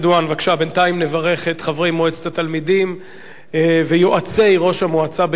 בינתיים נברך את חברי מועצת התלמידים ויועצי ראש המועצה בגדרה,